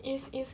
yes yes